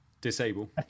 disable